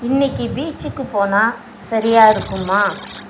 இன்றைக்கி பீச்சுக்கு போனால் சரியாக இருக்குமா